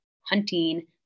hunting